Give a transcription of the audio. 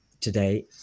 today